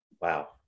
Wow